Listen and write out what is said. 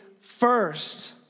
first